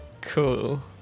Cool